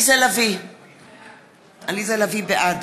בעד